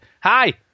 Hi